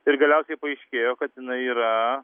ir galiausiai paaiškėjo kad jinai yra